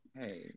hey